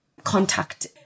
contact